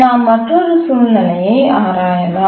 நாம் மற்றொரு சூழ்நிலையை ஆராயலாம்